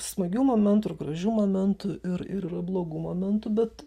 smagių momentų ir gražių momentų ir ir yra blogų momentų bet